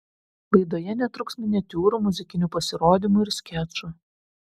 laidoje netruks miniatiūrų muzikinių pasirodymų ir skečų